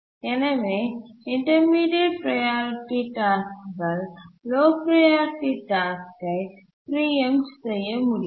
எனவே intermediate priority task low priority டாஸ்க்கை preempt செய்ய முடியாது